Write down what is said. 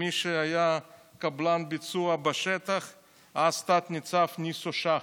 למי שהיה קבלן ביצוע בשטח אז, תת-ניצב ניסו שחם.